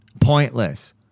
Pointless